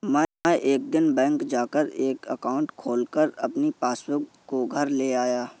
मै एक दिन बैंक जा कर एक एकाउंट खोलकर अपनी पासबुक को घर ले आया